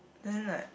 then like